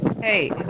Hey